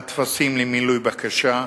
הטפסים למילוי בקשה,